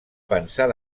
pensar